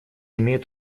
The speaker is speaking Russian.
имеет